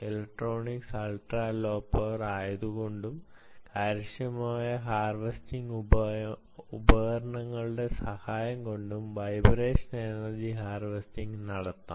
electronics ultra low power ആയതുകൊണ്ടും കാര്യക്ഷമമായ harvesting ഉപകരണങ്ങളുടെ സഹായം കൊണ്ടും വൈബ്രേഷൻ എനർജി ഹാർവെസ്റ്റിംഗ് നടത്താം